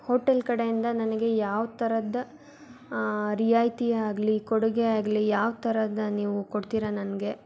hotel ಕಡೆಯಿಂದ ನನಗೆ ಯಾವ ಥರದ ರಿಯಾಯಿತಿ ಆಗಲಿ ಕೊಡುಗೆ ಆಗಲಿ ಯಾವ ಥರದ ನೀವು ಕೊಡ್ತೀರ ನನಗೆ